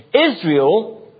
Israel